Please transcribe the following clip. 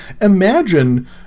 Imagine